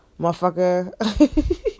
motherfucker